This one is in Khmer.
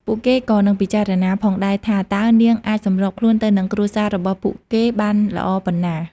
ពួកគេក៏នឹងពិចារណាផងដែរថាតើនាងអាចសម្របខ្លួនទៅនឹងគ្រួសាររបស់ពួកគេបានល្អប៉ុណ្ណា។